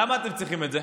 לבקש את התקנות האלה?